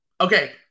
Okay